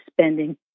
spending